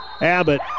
Abbott